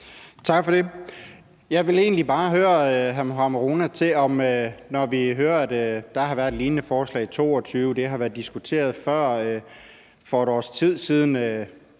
Tak for det. Jeg vil egentlig bare høre hr. Mohammad Rona til, at vi hører, at der har været et lignende forslag i 2022, og at det har været diskuteret før. Og for et års tid siden